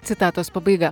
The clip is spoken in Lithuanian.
citatos pabaiga